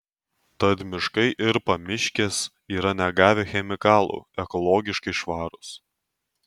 tad miškai ir pamiškės yra negavę chemikalų ekologiškai švarūs